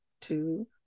two